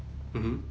mmhmm